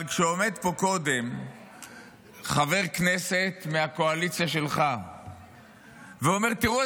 כשעומד פה קודם חבר כנסת מהקואליציה שלך ואומר: תראו,